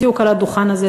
בדיוק על הדוכן הזה,